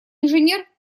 инженер